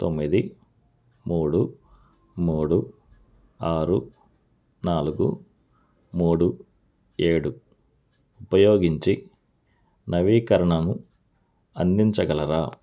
తొమ్మిది మూడు మూడు ఆరు నాలుగు మూడు ఏడు ఉపయోగించి నవీకరణను అందించగలరా